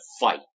fight